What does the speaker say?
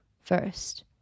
first